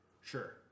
Sure